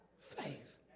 faith